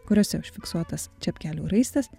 kuriose užfiksuotas čepkelių raistas